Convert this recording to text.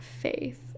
faith